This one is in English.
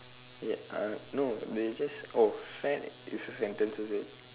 ya uh no they just oh fad is a sentence is it